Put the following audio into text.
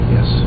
Yes